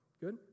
Good